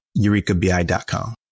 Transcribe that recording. eurekabi.com